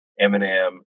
Eminem